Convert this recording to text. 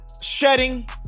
shedding